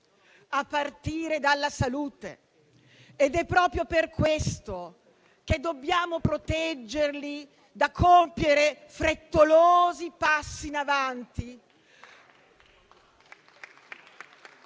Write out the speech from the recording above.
a partire dalla salute. È proprio per questo che dobbiamo proteggerli dal compiere frettolosi passi in avanti